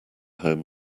home